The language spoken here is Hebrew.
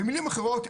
במילים אחרות,